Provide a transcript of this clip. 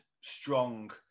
strong